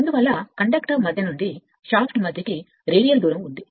అందువల్ల కండక్టర్ మధ్య నుండి షాఫ్ట్ మధ్యలో రేడియల్ దూరం ఉంది